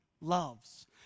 loves